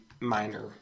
minor